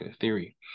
theory